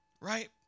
right